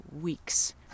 weeks